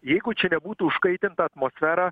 jeigu čia nebūtų užkaitinta atmosfera